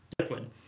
liquid